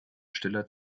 stiller